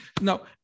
Now